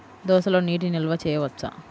దోసలో నీటి నిల్వ చేయవచ్చా?